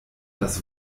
das